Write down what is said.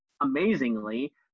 amazingly